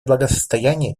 благосостояния